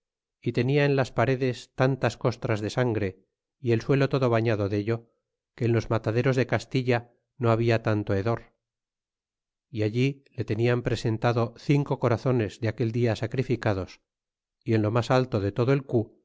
y tenia en las paredes tantas costras de sangre y el suelo todo bañado dello que en los mataderos de castilla no habia tanto hedor y allí le tenían presentado cinco corazones de aquel dia sacrificados y en lo mas alto de todo el